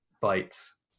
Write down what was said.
Bites